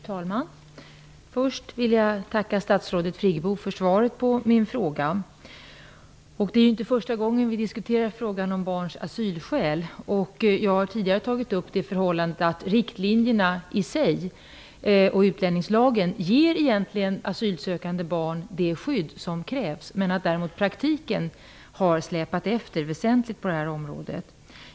Fru talman! Först vill jag tacka statsrådet Friggebo för svaret på min fråga. Det är inte första gången vi diskuterar barns asylskäl. Jag har tidigare tagit upp det förhållandet att riktlinjerna i sig och utlänningslagen egentligen ger asylsökande barn det skydd som krävs, medan däremot praktiken på detta område har släpat efter ordentligt.